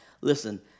listen